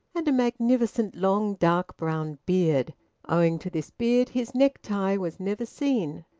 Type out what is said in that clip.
and a magnificent long dark brown beard owing to this beard his necktie was never seen.